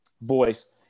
voice